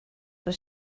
were